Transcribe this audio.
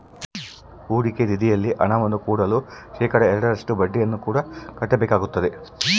ಹೂಡಿಕೆ ನಿಧಿಯಲ್ಲಿ ಹಣವನ್ನು ಹೂಡಲು ಶೇಖಡಾ ಎರಡರಷ್ಟು ಬಡ್ಡಿಯನ್ನು ಕೂಡ ಕಟ್ಟಬೇಕಾಗುತ್ತದೆ